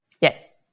Yes